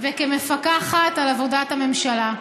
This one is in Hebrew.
וכמפקחת על עבודת הממשלה.